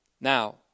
Now